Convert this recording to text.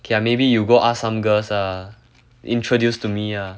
okay ah maybe you go ask some girls ah introduce to me ah